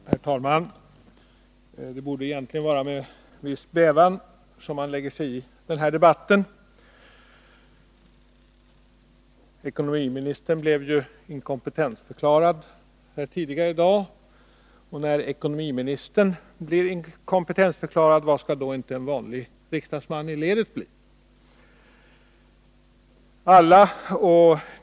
Herr talman! Det borde egentligen vara med en viss bävan som man lägger sig i denna debatt. Ekonomiministern blev inkompetentförklarad tidigare i dag. När ekonomiministern blir inkompetensförklarad, vad skall då inte en vanlig riksdagsman i ledet bli?